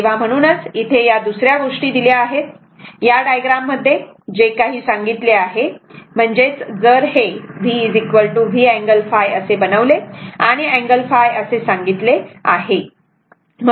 तेव्हा म्हणूनच इथे या दुसऱ्या गोष्टी दिल्या आहेत या डायग्राम मध्ये जे काही सांगितले आहे म्हणजेच जर हे v V अँगल ϕ असे बनवले आणि हे अँगल ϕ असे सांगितले आहे